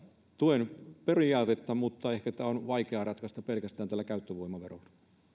tuen periaatetta mutta ehkä tämä on vaikea ratkaista pelkästään tällä käyttövoimaverolla